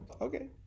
Okay